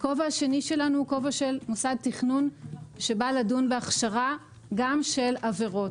הכובע השני שלנו הוא כובע של מוסד תכנון שבא לדון בהכשרה גם של עבירות.